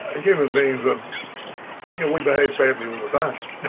ah human beings, ah you know we behave badly all the time.